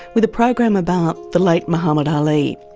with a program about the late muhammad ali.